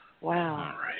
Wow